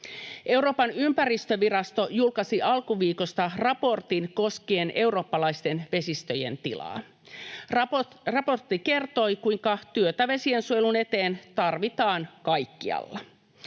Euroopan ympäristövirasto julkaisi alkuviikosta raportin koskien eurooppalaisten vesistöjen tilaa. Raportti kertoi, kuinka työtä vesiensuojelun eteen tarvitaan kaikkialla.